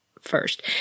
first